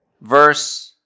Verse